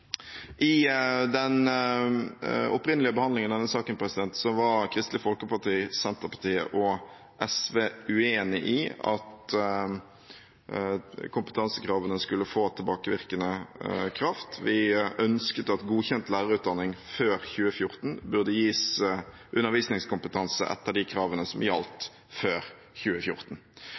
I den opprinnelige behandlingen av denne saken var Kristelig Folkeparti, Senterpartiet og Sosialistisk Venstreparti uenige i at kompetansekravene skulle få tilbakevirkende kraft. Vi ønsket at godkjent lærerutdanning før 2014 burde gis undervisningskompetanse etter de kravene som gjaldt før 2014.